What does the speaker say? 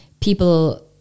people